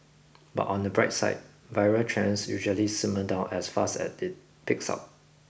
but on the bright side viral trends usually simmer down as fast as it peaks up